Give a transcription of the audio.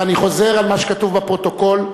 ואני חוזר על מה שכתוב בפרוטוקול,